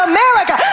America